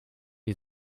die